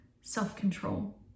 self-control